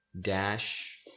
Dash